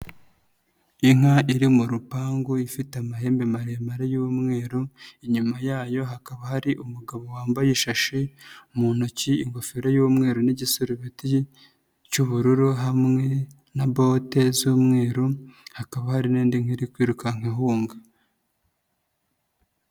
Inka iri mu rupangu ifite amahembe maremare y'umweru, inyuma yayo hakaba hari umugabo wambaye ishashi mu ntoki, ingofero y'umweru n'igisurubeti cy'ubururu hamwe na bote z'umweru, hakaba hari n'indi nka iri kwirukanka ihunga.